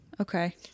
Okay